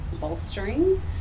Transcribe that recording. bolstering